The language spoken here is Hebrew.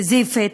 סיזיפית,